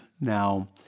Now